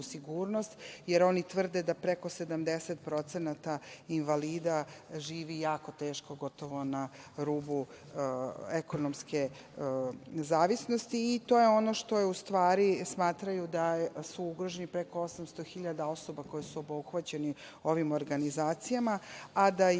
jer oni tvrde da preko 70% invalida živi jako teško, gotovo na rubu ekonomske zavisnosti. To je ono što smatraju, da su ugroženi, preko 800.000 osoba koje su obuhvaćene ovim organizacijama, a da se